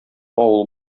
авыл